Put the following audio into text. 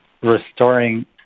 restoring